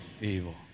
evil